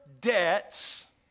debts